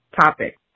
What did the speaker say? topic